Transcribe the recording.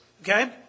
okay